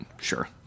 sure